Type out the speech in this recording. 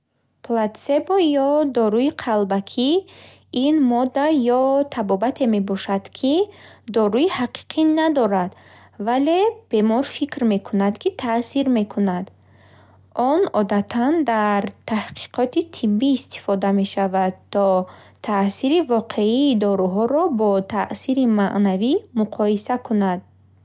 Платсебо ё доруи қалбакӣ ин модда ё табобате мебошад, ки доруи ҳақиқӣ надорад, вале бемор фикр мекунад, ки таъсир мекунад. Он одатан дар таҳқиқоти тиббӣ истифода мешавад, то таъсири воқеии доруҳоро бо таъсири маънавӣ муқоиса кунанд.